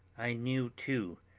i knew, too,